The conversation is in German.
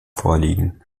vorliegen